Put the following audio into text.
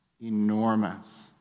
enormous